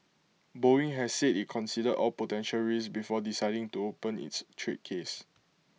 boeing has said IT considered all potential risks before deciding to open its trade case